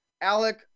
Alec